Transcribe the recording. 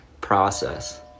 process